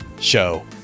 show